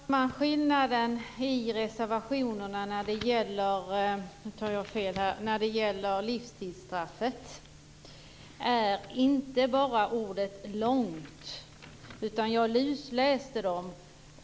Fru talman! Skillnaden i reservationerna när det gäller livstidsstraffet är inte bara ordet "långt". Jag lusläste dem.